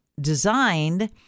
designed